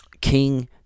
king